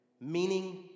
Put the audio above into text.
meaning